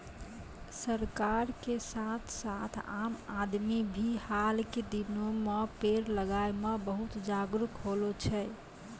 सरकार के साथ साथ आम आदमी भी हाल के दिनों मॅ पेड़ लगाय मॅ बहुत जागरूक होलो छै